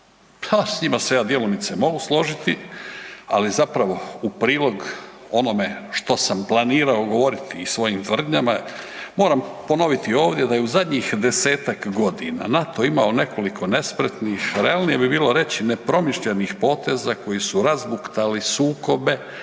s njima se ja djelomice mogu složiti, ali zapravo u prilog onome što sam planirao govoriti i svojim tvrdnjama, moram ponoviti ovdje da je u zadnjih 10-tak godina NATO imao nekoliko nespretnih, realnije bi bilo reć nepromišljenih poteza koji su razbuktali sukobe,